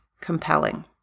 compelling